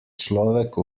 človek